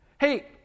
Hey